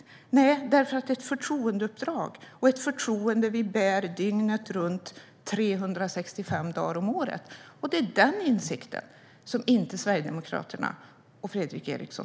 Nej, det är det inte, för det handlar om ett förtroendeuppdrag - ett förtroende vi bär dygnet runt, 365 dagar om året. Det är den insikten som inte finns hos Sverigedemokraterna och Fredrik Eriksson.